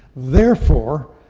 therefore,